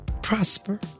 prosper